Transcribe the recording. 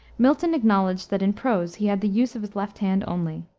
milton acknowledged that in prose he had the use of his left hand only.